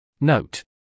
Note